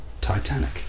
Titanic